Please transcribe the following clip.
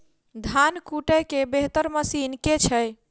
धान कुटय केँ बेहतर मशीन केँ छै?